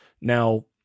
Now